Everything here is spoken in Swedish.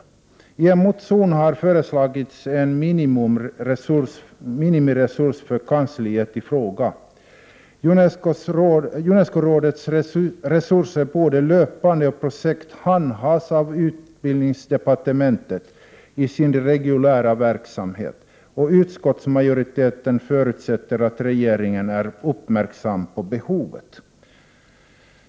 I en motion har föreslagits en minimiresurs för kansliet i fråga. Unescorådets resurser, både löpande och projekt, handhas av utbildningsdepartementet i dess reguljära verksamhet, och utskottsmajoriteten förutsätter att regeringen är uppmärksam på behovet.